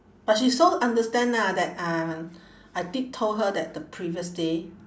but she so understand ah that uh I did told her that the previous day